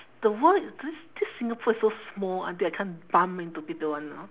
the world is this this singapore is so small until I can't bump into people [one] you know